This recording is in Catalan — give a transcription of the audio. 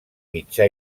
mitjà